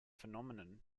phenomenon